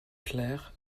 claires